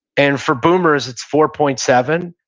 and for boomers, it's four point seven,